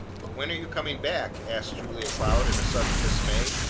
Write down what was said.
when are you coming back? asked julia cloud in sudden dismay,